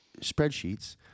spreadsheets